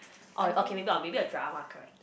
oh okay maybe I'm maybe a drama character